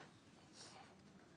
אנחנו